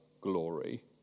glory